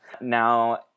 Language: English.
Now